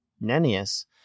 Nennius